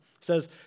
says